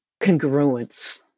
congruence